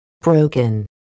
Broken